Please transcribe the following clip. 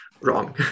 wrong